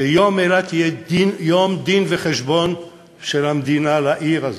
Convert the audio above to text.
שיום אילת יהיה יום דין-וחשבון של המדינה לעיר הזאת.